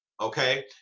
okay